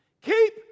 Keep